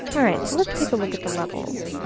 all right. so let's take a look at the levels.